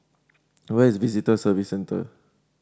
where is Visitor Service Centre